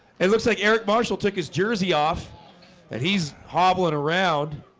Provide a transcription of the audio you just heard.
it looks like eric marshall took his jersey off and he's hobbling around